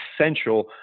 essential